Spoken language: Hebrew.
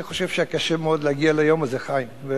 אני חושב שהיה קשה מאוד להגיע ליום הזה, חיים.